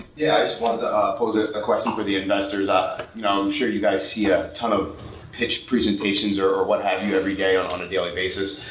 yeah, i just wanted to ah pose a a question for the investors. i'm you know sure you guys see a ton of pitched presentations or or what have you everyday on on a daily basis.